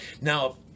Now